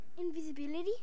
Invisibility